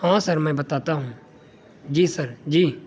ہاں سر میں بتاتا ہوں جی سر جی